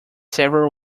several